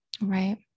Right